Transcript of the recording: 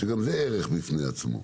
שגם זה ערך בפני עצמו.